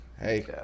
Hey